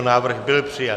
Návrh byl přijat.